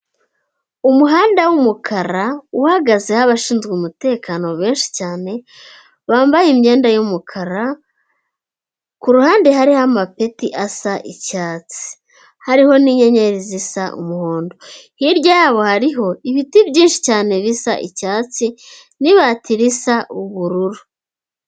Umuhanda w'umukara uhagazeho abashinzwe umutekano benshi cyane bambaye imyenda yumukara, ku ruhande hariho amapeti asa icyatsi, hariho n'inyenyeri zisa umuhondo, hirya y'abo hariho ibiti byinshi cyane bisa icyatsi n'ibati risa ubururu.